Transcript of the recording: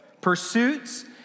pursuits